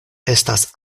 estas